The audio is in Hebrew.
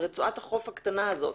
על רצועת החוף הקטנה הזאת,